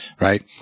right